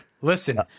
Listen